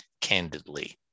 candidly